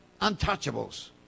untouchables